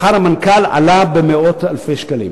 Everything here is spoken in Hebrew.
שכר המנכ"ל עלה במאות אלפי שקלים.